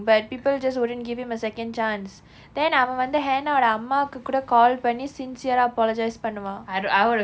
but people just wouldn't give him a second chance then அவன் வந்து:avan vanthu hannah வோட அம்மாக்கு கூட:voda ammaakku kuda call பண்ணி:panni sincere ah apologize பண்ணுவான்:pannuvaan